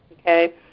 okay